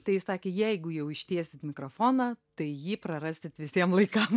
tai sakė jeigu jau ištiesit mikrofoną tai jį prarasit visiem laikam